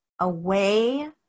away